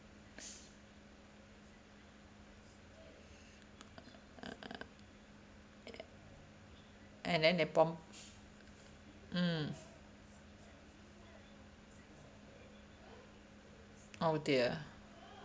and then b~ mm oh dear